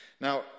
now